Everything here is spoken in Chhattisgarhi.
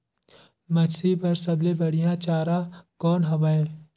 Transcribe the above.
मछरी बर सबले बढ़िया चारा कौन हवय?